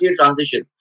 transition